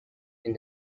and